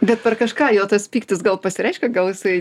bet per kažką jo tas pyktis gal pasireiškia gal jisai